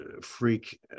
freak